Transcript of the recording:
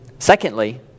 Secondly